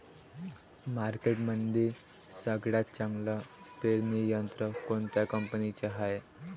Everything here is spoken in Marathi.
मार्केटमंदी सगळ्यात चांगलं पेरणी यंत्र कोनत्या कंपनीचं हाये?